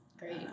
Great